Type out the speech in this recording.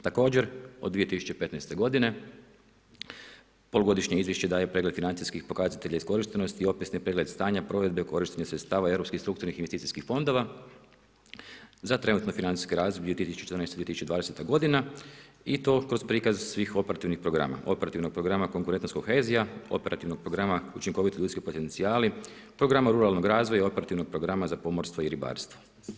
Također od 2015. godine polugodišnje izvješće daje pregled financijskih pokazatelj iskorištenosti i opisni pregled stanja, provedbe o korištenju sredstava europskih strukturnih i investicijskih fondova za trenutno financijsko razdoblje 2014.-2020. godina i to kroz prikaz svih operativnih programa Operativnog programa konkurentnost kohezija, Operativnog programa učinkoviti ljudski potencijali, Programa ruralnog razvoja i Operativnog programa za pomorstvo i ribarstvo.